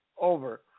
over